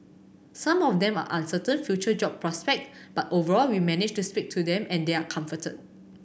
some of them are uncertain future job prospect but overall we managed to speak to them and they are comforted